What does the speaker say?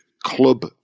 club